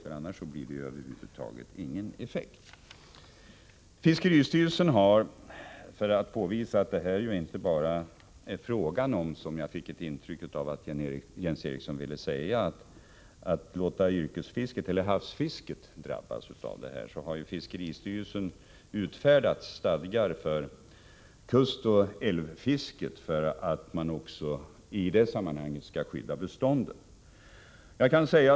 För att påvisa att detta inte är någonting som havsfisket ensamt skall drabbas av — jag fick intrycket att Jens Eriksson har den uppfattningen — vill jag säga att fiskeristyrelsen har utfärdat stadgar för kustoch älvfisket för att bestånden också i det sammanhanget skall skyddas.